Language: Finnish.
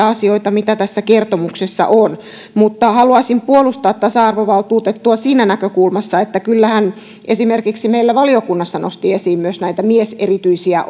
asioita mitä tässä kertomuksessa on mutta haluaisin puolustaa tasa arvovaltuutettua siinä näkökulmassa että kyllä hän esimerkiksi meillä valiokunnassa nosti esiin myös näitä mieserityisiä